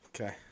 Okay